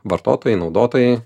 vartotojai naudotojai